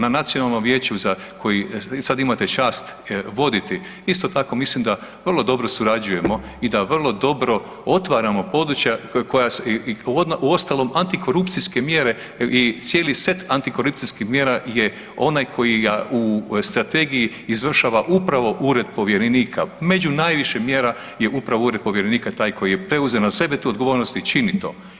Na nacionalnom vijeću sada imate čast voditi isto tako mislim da vrlo dobro surađujemo i da vrlo dobro otvaramo područja koja, uostalom antikorupcijske mjere i cijeli set antikorupcijskih mjera je onaj koji u strategiji izvršava upravo Ured povjerenika, među najviše mjera je upravo Ured povjerenika taj koji je preuzeo na sebe tu odgovornost i čini to.